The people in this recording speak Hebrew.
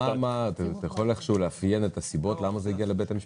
אתה יכול לאפיין את הסיבות למה זה הגיע לבית המשפט?